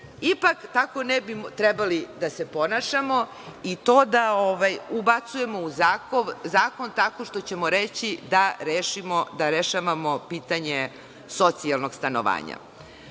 Ipak ne bi trebali da se ponašamo i da to ubacujemo u zakon tako što ćemo reći da rešavamo pitanje socijalnog stanovanja. Šta